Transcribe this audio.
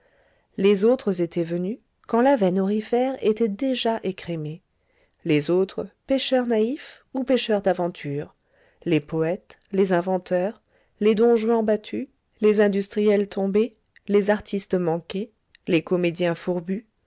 les autres étaient venus quand la veine aurifère était déjà écrémée les autres pêcheurs naïfs ou pécheurs d'aventures les poètes les inventeurs les don juan battus les industriels tombés les artistes manqués les comédiens fourbus